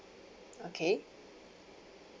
okay